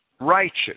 Righteous